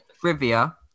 trivia